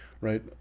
right